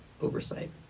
oversight